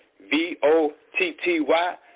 V-O-T-T-Y